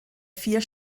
vier